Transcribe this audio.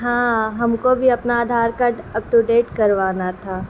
ہاں ہم کو بھی اپنا Aadhaar card up to date کروانا تھا